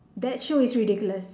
that show is ridiculous